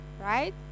Right